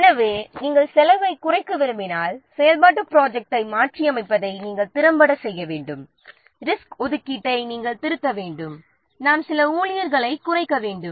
எனவே நாம் செலவைக் குறைக்க விரும்பினால் செயல்பாட்டுத் ப்ராஜெக்ட்டை மாற்றியமைப்பதை நாம் திறம்பட செய்ய வேண்டும் ரிசோர்ஸ் ஒதுக்கீட்டை நாம் திருத்த வேண்டும் நாம் சில ஊழியர்களைக் குறைக்க வேண்டும்